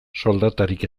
soldatarik